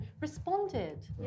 responded